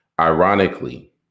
Ironically